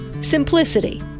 Simplicity